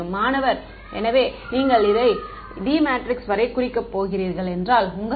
மாணவர் எனவே நீங்கள் அதை D மேட்ரிக்ஸ் வரை குறிக்கப் போகிறீர்கள் என்றால் குறிப்பு நேரம் 1558